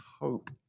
hope